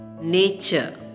nature